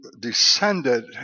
descended